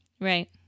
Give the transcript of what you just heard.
Right